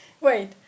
wait